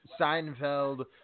Seinfeld